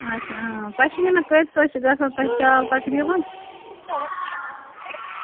اَچھا اۭں پشمینہ کۭتِس حظ چھُ گژھان تۄہہِ شال تقریباً